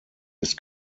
ist